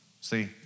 See